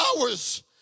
hours